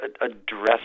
address